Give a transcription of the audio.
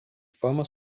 forma